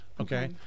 Okay